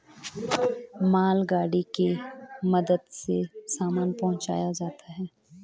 मालगाड़ी के मदद से सामान पहुंचाया जाता है